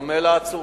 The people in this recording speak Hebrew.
בדומה לעצורים,